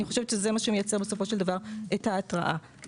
אני חושב שזה מה שמייצר את ההרתעה בסופו של דבר.